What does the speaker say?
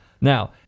Now